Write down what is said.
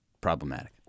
problematic